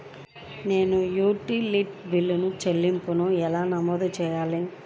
నేను utility bill చెల్లింపులను ఎలా నమోదు చేయాలి?